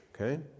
okay